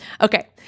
Okay